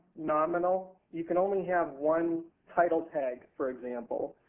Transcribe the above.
nominal. you can only have one title tag, for example.